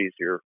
easier